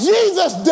Jesus